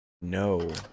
No